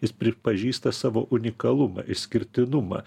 jis pripažįsta savo unikalumą išskirtinumą